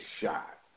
shot